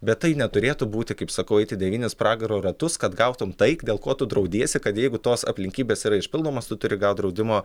bet tai neturėtų būti kaip sakau eiti devynis pragaro ratus kad gautum tai dėl ko tu draudiesi kad jeigu tos aplinkybės yra išpildomas tu turi gaut draudimo